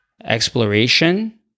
exploration